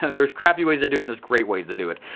and there's crappy ways to do it. there's great ways to do it.